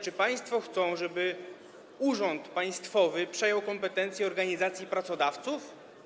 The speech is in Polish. Czy państwo chcą, żeby urząd państwowy przejął kompetencje organizacji pracodawców?